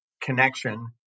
connection